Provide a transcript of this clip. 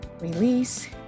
release